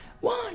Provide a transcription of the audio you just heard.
one